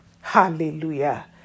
Hallelujah